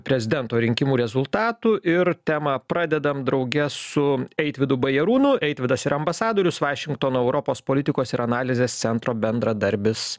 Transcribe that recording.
prezidento rinkimų rezultatų ir temą pradedam drauge su eitvydu bajarūnu eitvydas yra ambasadorius vašingtone europos politikos ir analizės centro bendradarbis